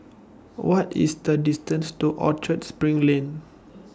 What IS The distance to Orchard SPRING Lane